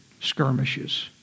skirmishes